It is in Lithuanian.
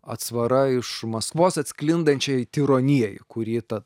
atsvara iš maskvos atsklindančiai tironijai kurį ta